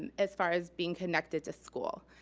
and as far as being connected to school.